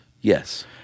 Yes